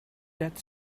death